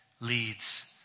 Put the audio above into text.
leads